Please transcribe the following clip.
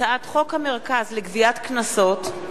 הצעת חוק המרכז לגביית קנסות,